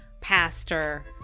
pastor